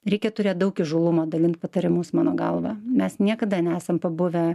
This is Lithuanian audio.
reikia turėt daug įžūlumo dalint patarimus mano galva mes niekada nesam pabuvę